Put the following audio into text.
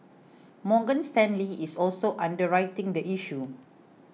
Morgan Stanley is also underwriting the issue